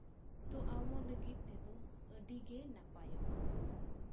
ᱛᱳ ᱟᱵᱚ ᱞᱟᱜᱤᱫ ᱛᱮᱫᱚ ᱟᱹᱰᱤᱜᱮ ᱱᱟᱯᱟᱭᱚᱜᱼᱟ